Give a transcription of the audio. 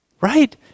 Right